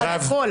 הוא רואה הכול.